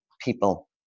people